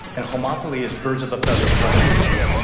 and homophily is birds of a feather flock together.